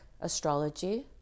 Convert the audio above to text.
astrology